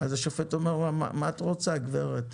אז השופט אמר מה את רוצה גברת?